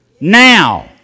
now